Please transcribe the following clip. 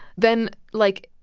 then, like,